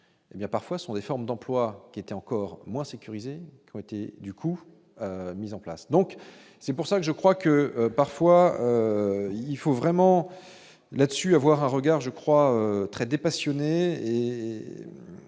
il y parfois sont des formes d'emploi qui étaient encore moins sécurisées ont été, du coup, la mise en place, donc c'est pour ça que je crois que. Parfois, il faut vraiment là-dessus avoir un regard je crois très dépassionnée et